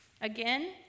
again